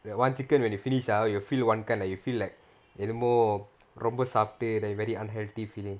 one chicken when you finish ah you'll feel [one] kind you will feel like என்னமோ ரொம்ப சாப்பிட்டு:ennamo romba saapittu like very unhealthy feeling